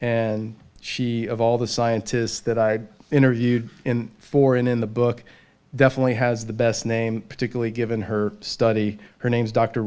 and she of all the scientists that i interviewed for in the book definitely has the best name particularly given her study her name's dr